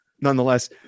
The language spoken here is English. nonetheless